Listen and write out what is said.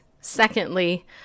Secondly